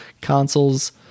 consoles